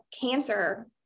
cancer